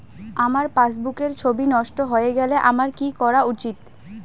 আমার পাসবুকের ছবি নষ্ট হয়ে গেলে আমার কী করা উচিৎ?